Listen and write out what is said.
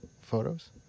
photos